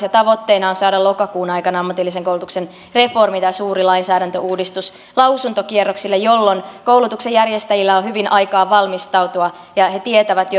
ja tavoitteena on saada lokakuun aikana ammatillisen koulutuksen reformi tämä suuri lainsäädäntöuudistus lausuntokierroksille jolloin koulutuksen järjestäjillä on hyvin aikaa valmistautua ja ja he tietävät